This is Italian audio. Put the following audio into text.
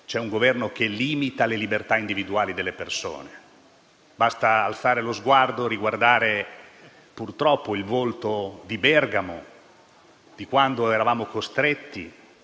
c'è un Governo che limita le libertà individuali delle persone. Basta alzare lo sguardo, riguardare il volto di Bergamo, di quando purtroppo eravamo costretti